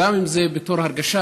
גם אם זה בתור הרגשה,